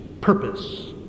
purpose